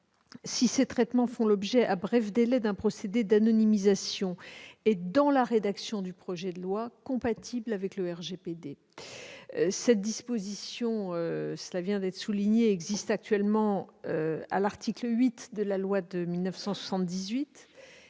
si ces traitements font l'objet à bref délai d'un procédé d'anonymisation, est, dans la rédaction du projet de loi, compatible avec le RGPD. Cette disposition, cela vient d'être souligné, est prévue actuellement par l'article 8 de la loi de 1978,